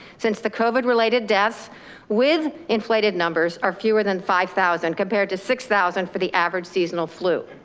since the covid related deaths with inflated numbers are fewer than five thousand, compared to six thousand for the average seasonal flu.